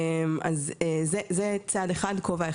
אז זה צד אחד וכובע אחד.